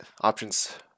options